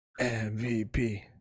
MVP